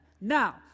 Now